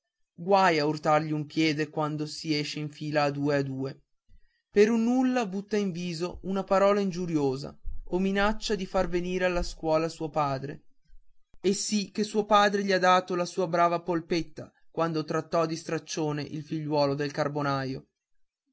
guai a urtargli un piede quando s'esce in fila a due a due per un nulla butta in viso una parola ingiuriosa o minaccia di far venire alla scuola suo padre e sì che suo padre gli ha dato la sua brava polpetta quando trattò da straccione il figliuolo del